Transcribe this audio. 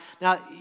Now